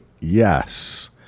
Yes